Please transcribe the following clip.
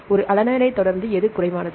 ஒரு அலனைன் ஐ தொடர்ந்து எது குறைவானது